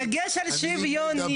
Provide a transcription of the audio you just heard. הדגש על שוויוני.